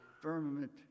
firmament